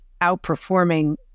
outperforming